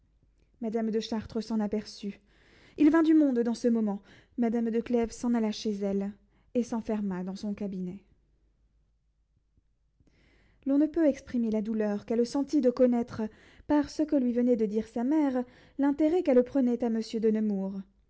madame de chartres s'en aperçut il vint du monde dans ce moment madame de clèves s'en alla chez elle et s'enferma dans son cabinet l'on ne peut exprimer la douleur qu'elle sentit de connaître par ce que lui venait de dire sa mère l'intérêt qu'elle prenait à monsieur de nemours